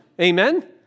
Amen